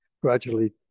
gradually